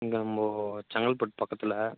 இங்கே மொ செங்கல்பட்டு பக்கத்தில்